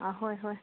ꯑꯥ ꯍꯣꯏ ꯍꯣꯏ